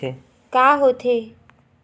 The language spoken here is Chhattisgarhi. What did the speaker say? का होथे?